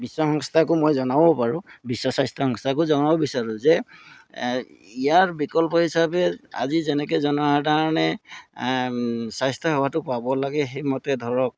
বিশ্ব সংস্থাকো মই জনাবও পাৰোঁ বিশ্ব স্বাস্থ্য সংস্থাকো জনাব বিচাৰোঁ যে ইয়াৰ বিকল্প হিচাপে আজি যেনেকৈ জনসাধাৰণে স্বাস্থ্যসেৱাটো পাব লাগে সেইমতে ধৰক